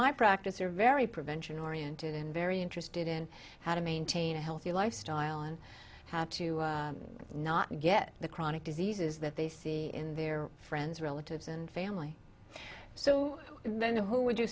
my practice are very prevention oriented and very interested in how to maintain a healthy lifestyle and how to not get the chronic diseases that they see in their friends relatives and family so then who would you